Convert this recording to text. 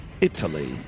Italy